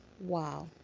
Wow